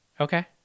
okay